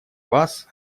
вас